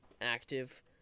active